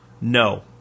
No